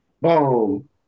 Boom